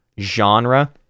genre